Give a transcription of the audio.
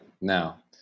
Now